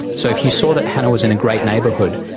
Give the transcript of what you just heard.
so if you saw that hannah was in a great neighbourhood,